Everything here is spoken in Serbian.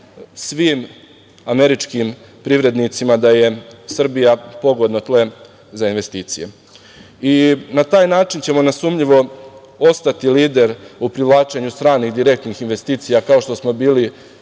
svim američkim privrednicima da je Srbija pogodno tle za investicije. Na taj način ćemo nesumnjivo ostati lider u privlačenju stranih direktnih investicija, kao što smo bili